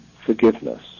forgiveness